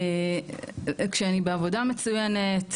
כשאני בעבודה מצוינת,